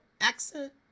accent